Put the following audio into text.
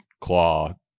claw